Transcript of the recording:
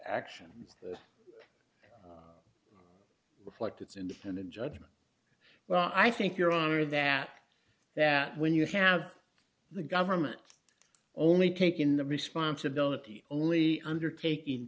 actions that reflect its independent judgment well i think your honor that that when you have the government only take in the responsibility only undertak